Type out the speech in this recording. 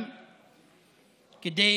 כדי